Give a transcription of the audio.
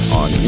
on